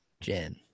Jen